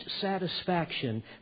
satisfaction